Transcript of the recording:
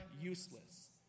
useless